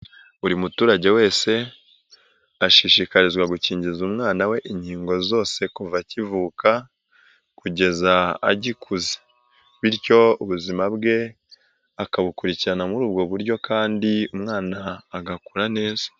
Buri muturage wese ashishikarizwa gukingiza umwana we inkingo zose kuva akivuka kugeza agikuze, bityo ubuzima bwe akabukurikirana muri ubwo buryo kandi umwana agakura neza.